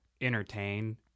entertain